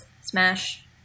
Smash